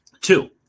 Two